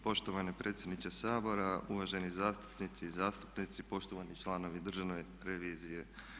Poštovani predsjedniče Sabora, uvaženi zastupnici i zastupnice, poštovani članovi Državne revizije.